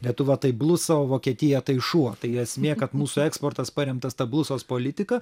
lietuva tai blusa o vokietija tai šuo tai esmė kad mūsų eksportas paremtas ta blusos politika